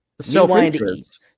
Self-interest